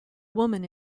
woman